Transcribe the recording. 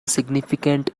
significant